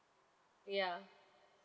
ya